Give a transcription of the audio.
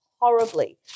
horribly